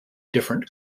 different